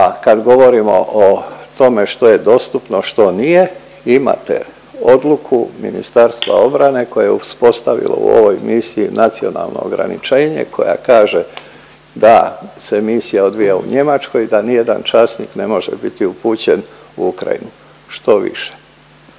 a kad govorimo o tome što je dostupno, što nije, imate odluku Ministarstva obrane koje je uspostavilo u ovoj misiji nacionalno ograničenje koja kaže da se misija odvija u Njemačkoj, da ni jedan časnik ne može biti upućen u Ukrajinu, štoviše.